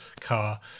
car